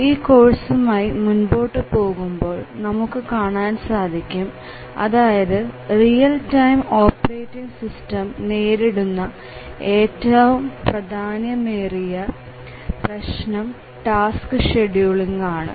ഈ കോഴ്സ്മായി മുൻപോട്ടു പോകുമ്പോൾ നമുക്ക് കാണാൻ സാധിക്കും അതായത് റിയൽ ടൈം ഓപ്പറേറ്റിങ് സിസ്റ്റം നേരിടുന്ന ഏറ്റവും പ്രാധാന്യമേറിയ പ്രശ്നം ടാസ്ക് ഷെഡ്യൂളിംഗ് ആണ്